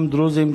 גם דרוזים,